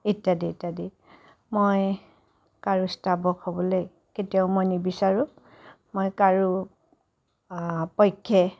ইত্যাদি ইত্যাদি মই কাৰো স্তাৱক হ'বলৈ কেতিয়াও মই নিবিচাৰোঁ মই কাৰোঁ পক্ষে